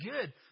good